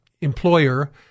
employer